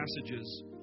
passages